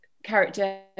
character